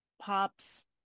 Pops